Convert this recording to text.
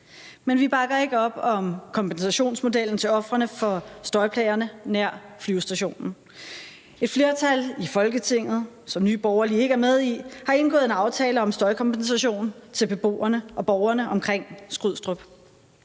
Men vi bakker ikke op om kompensationsmodellen til ofrene for støjplagerne nær flyvestationen. Et flertal i Folketinget, som Nye Borgerlige ikke er med i, har indgået en aftale om støjkompensation til beboerne og borgerne omkring Skrydstrup.